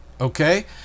okay